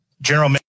General